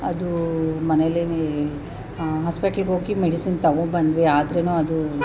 ಅದು ಮನೇಲಿನೇ ಹಾಸ್ಪಿಟಲ್ಗೋಗಿ ಮೆಡಿಸಿನ್ ತಗೊಂಡ್ಬಂದ್ವಿ ಆದರೂ ಅದು